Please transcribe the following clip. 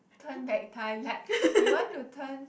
turn back time like you want to turn